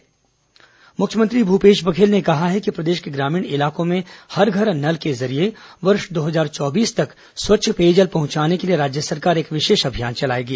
केन्द्रीय जलशक्ति मंत्रालय बैठक मुख्यमंत्री भूपेश बघेल ने कहा है कि प्रदेश के ग्रामीण इलाकों में हर घर नल के जरिए वर्ष दो हजार चौबीस तक स्वच्छ पेयजल पहुंचाने के लिए राज्य सरकार एक विशेष अभियान चलाएगी